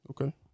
Okay